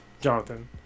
Jonathan